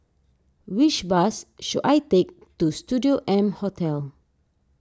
which bus should I take to Studio M Hotel